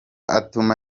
atuma